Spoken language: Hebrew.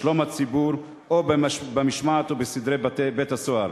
בשלום הציבור או במשמעת ובסדרי בית-הסוהר.